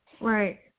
Right